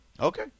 Okay